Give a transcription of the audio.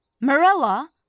Marilla